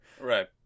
Right